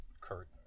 Kurt